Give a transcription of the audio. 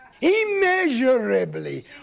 Immeasurably